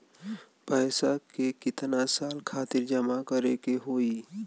पैसा के कितना साल खातिर जमा करे के होइ?